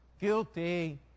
Guilty